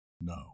No